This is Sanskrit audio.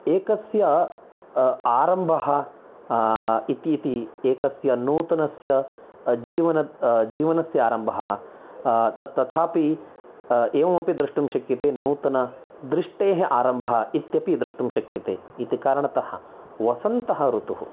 एकस्य आरम्भः इति इति एकस्य नूतनस्य जीवन जीवनस्य आरम्भः तत् तथापि एवम् अपि द्रष्टुं शक्यते नूतनदृष्टेः आरम्भः इत्यपि द्रष्टुं शक्यते इति कारणतः वसन्तः ऋतुः